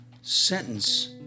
sentence